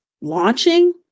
launching